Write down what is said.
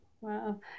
Wow